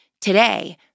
Today